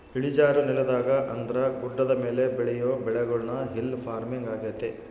ಇಳಿಜಾರು ನೆಲದಾಗ ಅಂದ್ರ ಗುಡ್ಡದ ಮೇಲೆ ಬೆಳಿಯೊ ಬೆಳೆಗುಳ್ನ ಹಿಲ್ ಪಾರ್ಮಿಂಗ್ ಆಗ್ಯತೆ